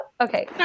Okay